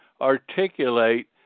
articulate